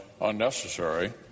unnecessary